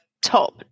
top